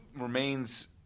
remains